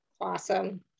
Awesome